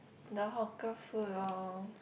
the hawker food lor